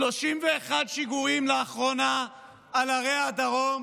31 שיגורים לאחרונה על ערי הדרום,